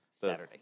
Saturday